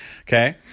okay